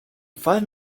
five